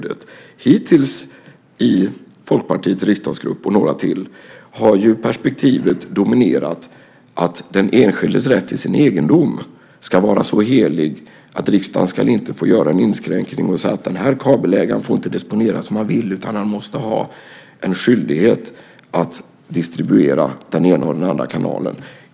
Det perspektiv som hittills dominerat i Folkpartiets riksdagsgrupp, och i några till, är ju att den enskildes rätt till sin egendom ska vara så helig att riksdagen inte får göra någon inskränkning och säga att en viss kabelägare inte får disponera som han vill utan har skyldighet att distribuera den ena och den andra kanalen.